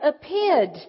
appeared